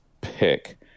pick